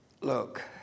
look